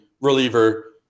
reliever